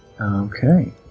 Okay